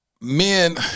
men